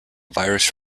virus